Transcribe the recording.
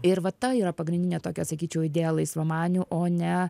ir va ta yra pagrindinė tokia sakyčiau idėja laisvamanių o ne